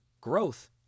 growth